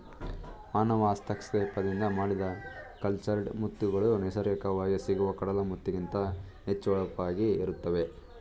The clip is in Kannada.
ಮಾನವ ಹಸ್ತಕ್ಷೇಪದಿಂದ ಮಾಡಿದ ಕಲ್ಚರ್ಡ್ ಮುತ್ತುಗಳು ನೈಸರ್ಗಿಕವಾಗಿ ಸಿಗುವ ಕಡಲ ಮುತ್ತಿಗಿಂತ ಹೆಚ್ಚು ಹೊಳಪಾಗಿ ಇರುತ್ತವೆ